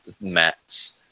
mats